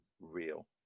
real